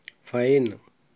fine